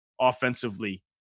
offensively